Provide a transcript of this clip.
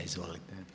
Izvolite.